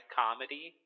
comedy